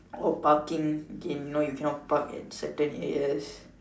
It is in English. or parking gain you know you cannot Park at certain areas